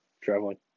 Traveling